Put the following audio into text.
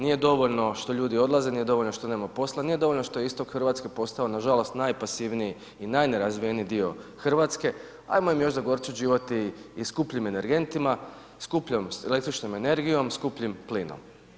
Nije dovoljno što ljudi odlaze, nije dovoljno što nema posla, nije dovoljno što je istok Hrvatska postao nažalost najpasivniji i najnerazvijeniji dio Hrvatske ajmo im još zagorčati život i skupljim energentima, skupljom električnom energijom, skupljim plinom.